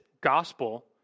gospel